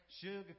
Sugar